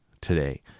today